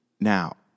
Now